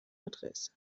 adresse